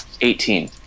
Eighteen